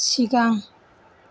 सिगां